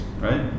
right